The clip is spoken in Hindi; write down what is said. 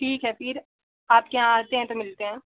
ठीक है फिर आपके यहाँ आते हैं तो मिलते है